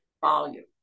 volume